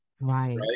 right